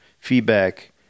feedback